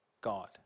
God